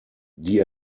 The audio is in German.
die